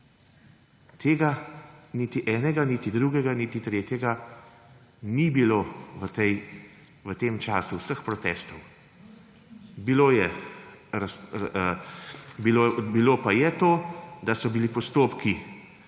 Niti enega, niti drugega, niti tretjega ni bilo v tem času vseh protestov. Bilo pa je to, da so bili postopki